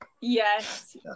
yes